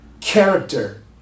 character